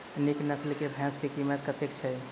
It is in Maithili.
नीक नस्ल केँ भैंस केँ कीमत कतेक छै?